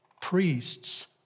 priests